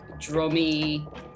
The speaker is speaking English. drummy